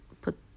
put